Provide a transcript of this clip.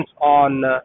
on